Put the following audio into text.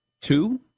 two